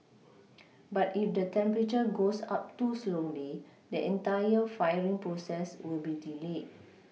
but if the temperature goes up too slowly the entire firing process will be delayed